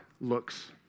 looks